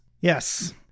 Yes